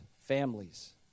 families